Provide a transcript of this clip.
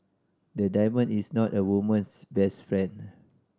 a diamond is not a woman's best friend